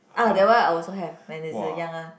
ah that one I also have when is uh young